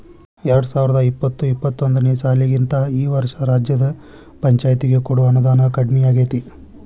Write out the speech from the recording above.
ಎರ್ಡ್ಸಾವರ್ದಾ ಇಪ್ಪತ್ತು ಇಪ್ಪತ್ತೊಂದನೇ ಸಾಲಿಗಿಂತಾ ಈ ವರ್ಷ ರಾಜ್ಯದ್ ಪಂಛಾಯ್ತಿಗೆ ಕೊಡೊ ಅನುದಾನಾ ಕಡ್ಮಿಯಾಗೆತಿ